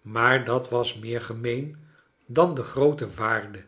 maar dat was meer gemeen dan de groote waarde